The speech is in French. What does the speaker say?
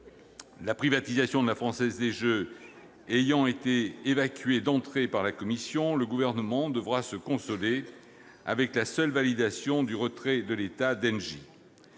La privatisation de La Française des jeux ayant été évacuée d'emblée par la commission spéciale, le Gouvernement devra se consoler avec la seule validation du retrait de l'État d'Engie.